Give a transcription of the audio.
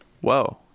Whoa